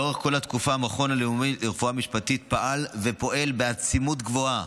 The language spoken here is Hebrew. לאורך כל התקופה המכון הלאומי לרפואה משפטית פעל ופועל בעצימות גבוהה,